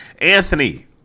Anthony